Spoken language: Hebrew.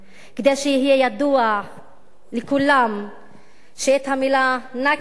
כדי שיהיה ידוע לכולם שאת המלה "נכבה"